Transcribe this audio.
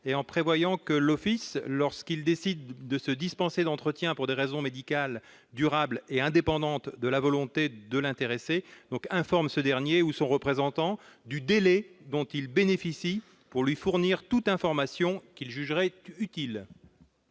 et pour prévoir que l'Office, lorsqu'il décide de se dispenser d'entretien pour des raisons médicales, durables et indépendantes de la volonté de l'intéressé, informe ce dernier ou son représentant du délai dont il bénéficie pour lui fournir toute information qu'il jugerait utile.